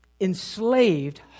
enslaved